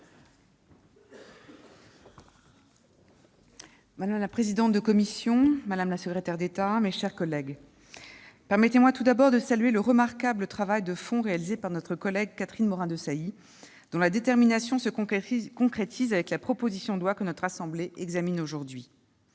Madame la présidente, madame la secrétaire d'État, mes chers collègues, permettez-moi tout d'abord de saluer le remarquable travail de fond réalisé par Catherine Morin-Desailly, dont la détermination se concrétise avec la proposition de loi que la Haute Assemblée examine aujourd'hui.